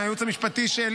מהייעוץ המשפטי של